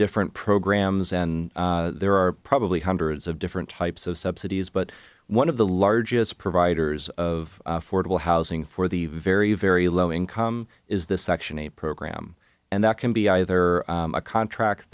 different programs and there are probably hundreds of different types of subsidies but one of the largest providers of fordable housing for the very very low income is the section eight program and that can be either a contract